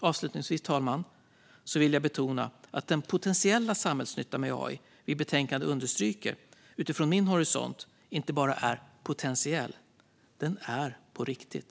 Avslutningsvis, herr talman, vill jag betona att den potentiella samhällsnytta med AI som vi understryker i betänkandet utifrån min horisont inte bara är potentiell. Den är på riktigt.